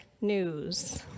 news